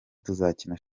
tuzakina